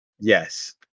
Yes